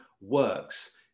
works